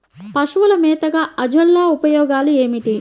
పశువుల మేతగా అజొల్ల ఉపయోగాలు ఏమిటి?